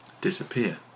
disappear